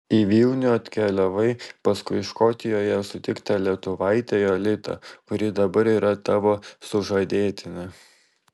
į vilnių atkeliavai paskui škotijoje sutiktą lietuvaitę jolitą kuri dabar yra tavo sužadėtinė